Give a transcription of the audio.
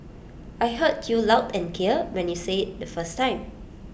I heard you loud and clear when you said IT the first time